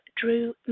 Drew